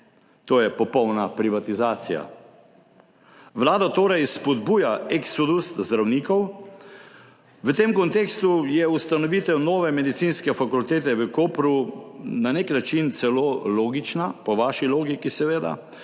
To je popolna privatizacija. Vlada torej spodbuja eksodus zdravnikov. V tem kontekstu je ustanovitev nove medicinske fakultete v Kopru na nek način celo logična, po vaši logiki, seveda,